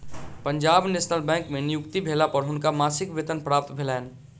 Punjab National Bank में नियुक्ति भेला पर हुनका मासिक वेतन प्राप्त भेलैन